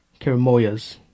Caramoyas